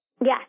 Yes